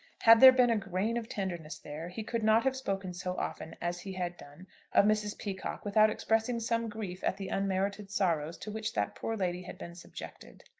had there been a grain of tenderness there, he could not have spoken so often as he had done of mrs. peacocke without expressing some grief at the unmerited sorrows to which that poor lady had been subjected.